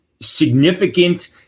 significant